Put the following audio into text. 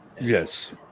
Yes